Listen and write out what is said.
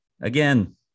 again